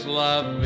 love